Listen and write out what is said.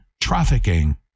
trafficking